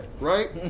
right